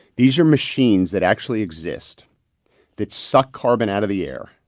these are machines that actually exist that suck carbon out of the air,